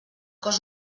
cos